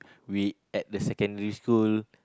we at the secondary school